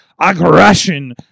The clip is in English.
Aggression